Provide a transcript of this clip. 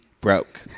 broke